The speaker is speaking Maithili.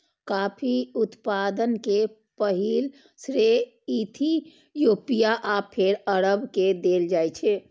कॉफी उत्पादन के पहिल श्रेय इथियोपिया आ फेर अरब के देल जाइ छै